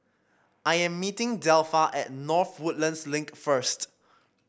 I am meeting Delpha at North Woodlands Link first